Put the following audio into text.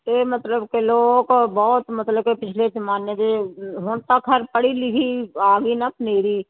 ਇਹ ਮਤਲਬ ਕਿ ਲੋਕ ਬਹੁਤ ਮਤਲਬ ਕਿ ਪਿਛਲੇ ਜ਼ਮਾਨੇ ਦੇ ਹੁਣ ਤਾਂ ਖੈਰ ਪੜ੍ਹੀ ਲਿਖੀ ਆ ਗਈ ਨਾ ਪਨੀਰੀ ਅਤੇ